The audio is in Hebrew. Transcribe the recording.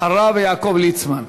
הרב יעקב ליצמן.